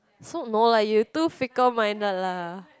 so no lah you too fickle minded lah